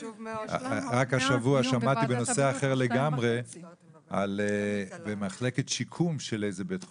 רק השבוע שמעתי בנושא אחר לגמרי על מחלקת שיקום של איזה בית חולים,